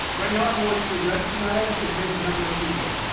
right now i want to recognize and thank a number of people.